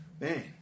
Man